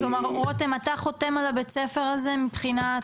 כלומר רותם אתה חותם על בית הספר הזה מבחינת